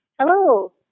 Hello